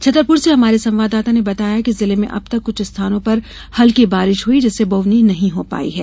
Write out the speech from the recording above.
छतरपुर से हमारे संवाददाता ने बताया कि जिले में अब तक कुछ स्थानों पर हल्की बारिश हुई जिससे बोवनी नहीं हो पाई है